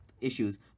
issues